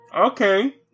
Okay